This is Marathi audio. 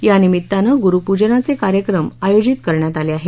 या निमित्तानं गुरूपूजनाचे कार्यक्रम आयोजित करण्यात आले आहेत